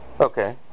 Okay